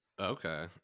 Okay